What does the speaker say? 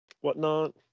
whatnot